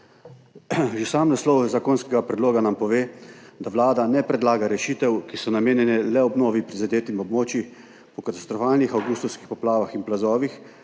Že sam naslov zakonskega predloga nam pove, da Vlada ne predlaga rešitev, ki so namenjene le obnovi prizadetih območij po katastrofalnih avgustovskih poplavah in plazovih,